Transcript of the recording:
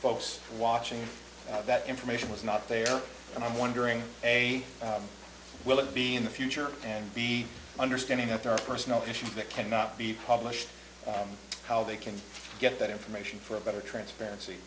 folks watching how that information was not there and i'm wondering a will it be in the future and the understanding of their personal issues that cannot be published how they can get that information for a better transparency